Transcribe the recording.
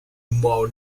more